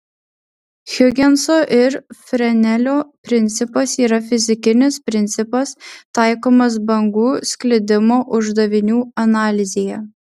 hiugenso ir frenelio principas yra fizikinis principas taikomas bangų sklidimo uždavinių analizėje